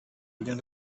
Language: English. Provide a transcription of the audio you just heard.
began